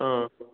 ꯑꯥ